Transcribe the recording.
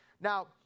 Now